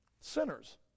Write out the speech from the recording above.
Sinners